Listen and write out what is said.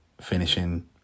finishing